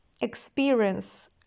experience